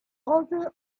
odor